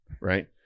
right